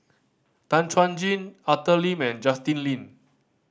Tan Chuan Jin Arthur Lim and Justin Lean